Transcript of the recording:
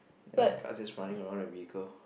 and carts just running around the vehicle